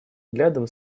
взглядом